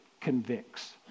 convicts